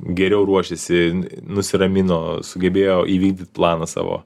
geriau ruošėsi nusiramino sugebėjo įvykdyt planą savo